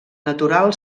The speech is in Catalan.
natural